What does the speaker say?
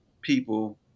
people